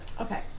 okay